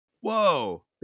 Whoa